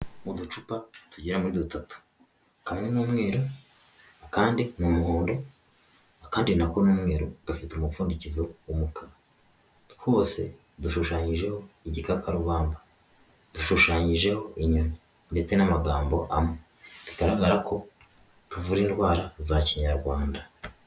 Uducupa tugera muri dutatu kamwe n'umweruru akandi ni umuhondo, akandi nako n'umweru dufite umupfundikizo w'umuka ra, twose dushushanyijeho igikakarubamba dushushanyijeho inyoni ndetse n'amagambo amwe, bigaragara ko tuvura indwara za kinyarwanda.